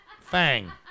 Fang